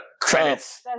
Credits